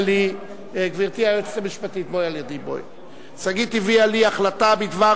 גברתי היועצת המשפטית הביאה לי החלטה בדבר